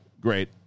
great